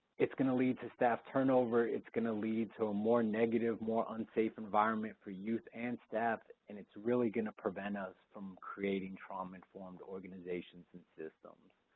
it's gonna lead to staff turnover, it's gonna lead to a more negative, more unsafe environment for youth and staff and it's really gonna prevent us from creating trauma-informed organizations and systems.